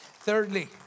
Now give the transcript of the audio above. Thirdly